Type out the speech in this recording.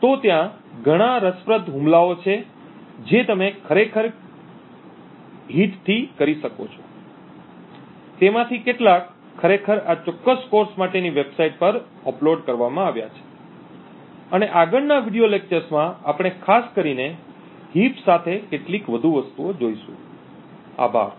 તો ત્યાં ઘણાં રસપ્રદ હુમલાઓ છે જે તમે ખરેખર ગરમીથી કરી શકો છો તેમાંથી કેટલાક ખરેખર આ ચોક્કસ કોર્સ માટેની વેબસાઇટ પર અપલોડ કરવામાં આવ્યા છે અને આગળનાં વિડિઓ લેક્ચર્સમાં આપણે ખાસ કરીને હીપ સાથે કેટલીક વધુ વસ્તુઓ જોશું આભાર